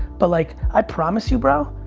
but like i promise you bro,